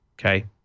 Okay